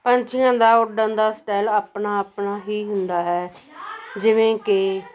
ਪੰਛੀਆਂ ਦਾ ਉੱਡਣ ਦਾ ਸਟਾਈਲ ਆਪਣਾ ਆਪਣਾ ਹੀ ਹੁੰਦਾ ਹੈ ਜਿਵੇਂ ਕਿ